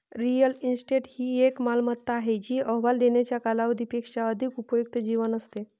real estate ही एक मालमत्ता आहे जी अहवाल देण्याच्या कालावधी पेक्षा अधिक उपयुक्त जीवन असते